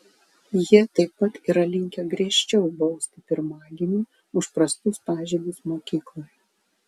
jie taip pat yra linkę griežčiau bausti pirmagimį už prastus pažymius mokykloje